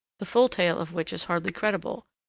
the full tale of which is hardly credible,